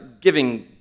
giving